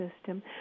system